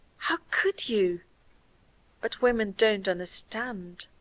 how could you but women don't understand!